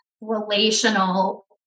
relational